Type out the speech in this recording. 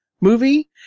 movie